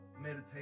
meditation